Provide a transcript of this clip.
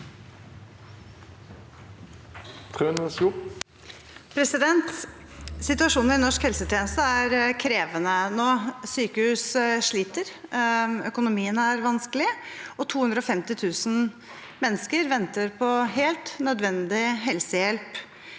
Situasjo- nen i norsk helsetjeneste er krevende nå. Sykehus sliter, økonomien er vanskelig, og 250 000 mennesker venter på helt nødvendig helsehjelp